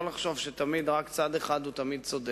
לא לחשוב שתמיד רק צד אחד הוא צודק.